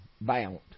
bound